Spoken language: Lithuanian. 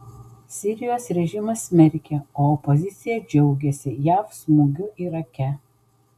sirijos režimas smerkia o opozicija džiaugiasi jav smūgiu irake